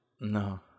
no